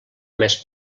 més